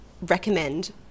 recommend